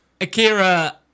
Akira